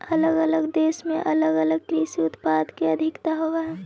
अलग अलग देश में अलग अलग कृषि उत्पाद के अधिकता होवऽ हई